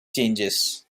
changes